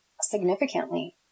significantly